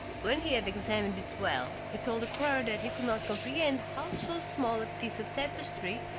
when he had examined it well, he told the crier that he could not comprehend how so small a piece of tapestry,